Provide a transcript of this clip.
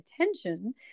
attention